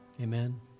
Amen